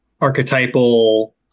archetypal